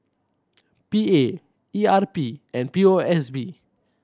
P A E R P and P O S B